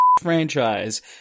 franchise